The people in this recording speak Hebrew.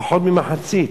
פחות ממחצית.